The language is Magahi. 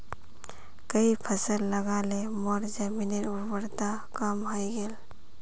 कई फसल लगा ल मोर जमीनेर उर्वरता कम हई गेले